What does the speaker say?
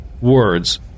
words